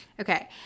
Okay